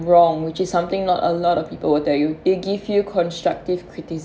wrong which is something not a lot of people will tell you they give you constructive criticism